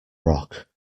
rock